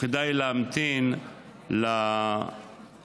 וכדאי להמתין לתוצאות.